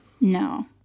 no